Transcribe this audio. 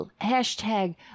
hashtag